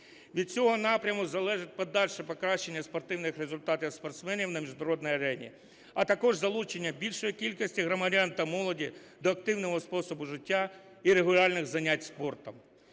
Від цього напряму залежить подальше покращання спортивних результатів спортсменів на міжнародній арені, а також залучення більшої кількості громадян та молоді до активного способу життя і регулярних занять спортом.